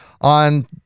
on